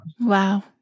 Wow